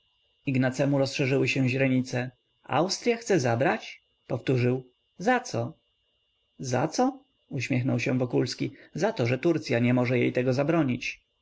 ignacemu rozszerzyły się źrenice austrya chce zabrać powtórzył zaco zaco uśmiechnął się wokulski za to że turcya nie może jej tego zabronić